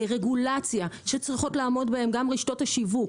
רגולציה, שצריכות לעמוד בה גם רשתות השיווק